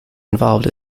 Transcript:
involved